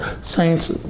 Saints